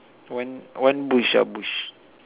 one one bush ah bush